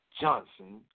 Johnson